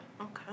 Okay